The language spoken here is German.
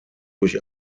durch